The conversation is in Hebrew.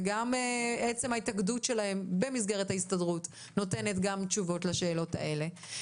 וגם עצם ההתאגדות שלהם במסגרת ההסתדרות נותנת תשובות לשאלות הללו.